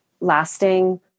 lasting